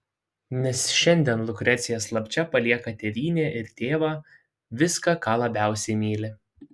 nes šiandien lukrecija slapčia palieka tėvynę ir tėvą visa ką labiausiai myli